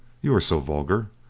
you are so vulgar.